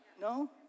No